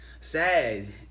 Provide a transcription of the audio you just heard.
sad